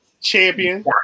champion